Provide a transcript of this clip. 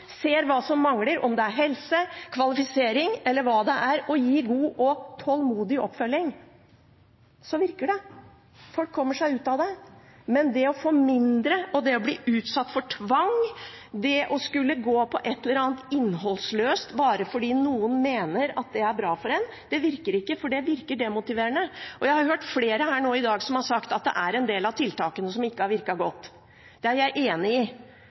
ser hva som mangler – om det er helse, kvalifisering eller hva det er – og gir god og tålmodig oppfølging, virker det. Folk kommer seg ut av det. Men det å få mindre, det å bli utsatt for tvang, det å skulle gå på et eller annet innholdsløst bare fordi noen mener at det er bra for en, virker ikke, for det virker demotiverende. Jeg har hørt flere her i dag si at det er en del av tiltakene som ikke har virket godt. Det er jeg enig i.